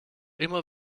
immer